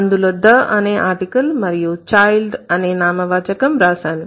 అందులో the అనే article మరియు child అనే నామవాచకం రాశాను